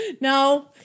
No